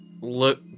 look